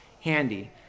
handy